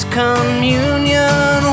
communion